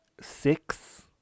six